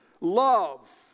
love